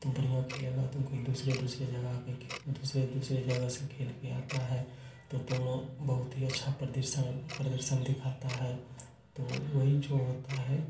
तुम बढ़िया खेलेगा तुम कोई दूसरे दूसरे जगह पे खेल दूसरे दूसरे जगह से खेल के आता है तो तुम बहुत ही अच्छा प्रदर्शन प्रदर्शन दिखाता है तो वही जो होता है